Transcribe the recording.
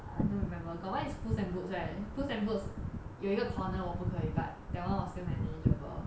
I don't remember got one is puss in boots right puss in boots 有一个 corner 我不可以 but that one was still manageable